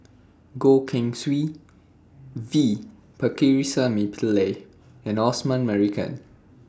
Goh Keng Swee V Pakirisamy Pillai and Osman Merican